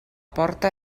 porta